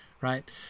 right